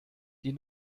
die